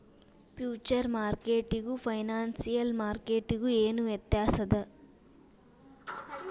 Future ಮಾರ್ಕೆಟಿಗೂ financial ಮಾರ್ಕೆಟಿಗೂ ಏನ್ ವ್ಯತ್ಯಾಸದ?